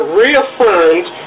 reaffirmed